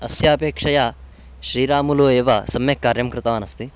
अस्यापेक्षया श्रीरामुलु एव सम्यक् कार्यं कृतवान् अस्ति